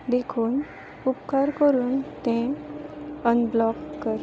देखून उपकार करून तें अनब्लॉक कर